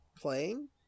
playing